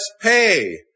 pay